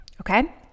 okay